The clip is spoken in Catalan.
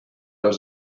els